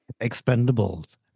Expendables